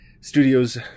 studios